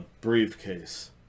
briefcase